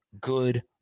good